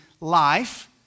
life